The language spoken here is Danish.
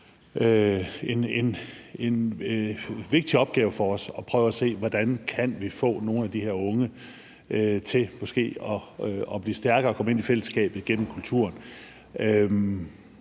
det er en vigtig opgave for os at prøve at se, hvordan vi kan få nogle af de her unge til at blive stærkere og måske komme ind i fællesskabet igennem kulturen.